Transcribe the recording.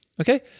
okay